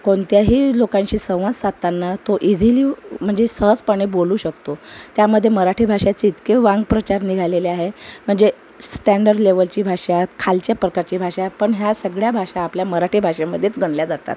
कोणत्याही लोकांशी संवाद साधताना तो इझिली मंजे सहजपणे बोलू शकतो त्यामध्ये मराठी भाषेचे इतके वांगप्रचार निघालेले आहे म्हणजे स्टँडर लेव्हलची भाषा खालच्या प्रकारची भाषापण ह्या सगळ्या भाषा आपल्या मराठी भाषेमध्येच गणल्या जातात